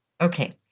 Okay